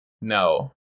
No